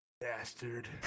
Bastard